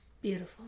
beautiful